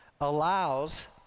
allows